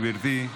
גברתי,